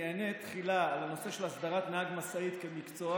אני אענה תחילה על הנושא של הסדרת נהג משאית כמקצוע